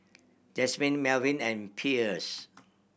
Jasmin Melvin and Pierce